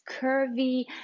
curvy